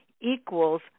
equals